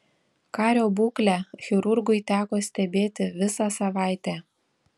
kario būklę chirurgui teko stebėti visą savaitę